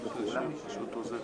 ולמרות שכנראה לא יצא לו לשבת על